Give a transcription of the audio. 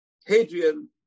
Hadrian